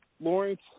Lawrence